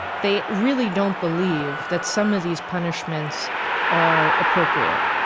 they really don't believe that some of these punishments are appropriate.